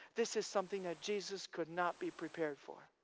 this is something that jesus could not be prepared for.